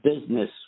business